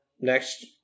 next